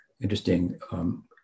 interesting